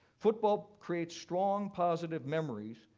football creates strong positive memories,